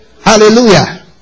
Hallelujah